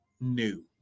new